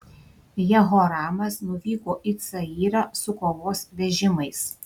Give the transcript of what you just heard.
jehoramas nuvyko į cayrą su kovos vežimais